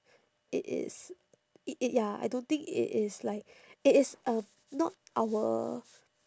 it is it it ya I don't think it is like it is um not our